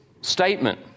statement